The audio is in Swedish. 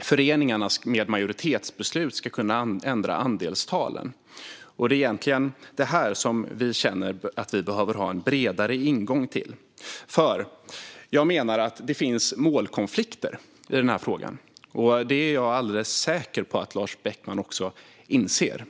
föreningarna med majoritetsbeslut ska kunna ändra andelstalen. Det är egentligen det som vi känner att vi behöver ha en bredare ingång till. Jag menar att det finns målkonflikter i frågan. Det är jag alldeles säker på att Lars Beckman också inser.